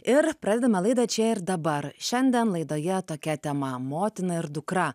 ir pradedame laidą čia ir dabar šiandien laidoje tokia tema motina ir dukra